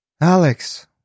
Alex